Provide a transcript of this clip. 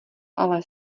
ale